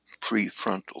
prefrontal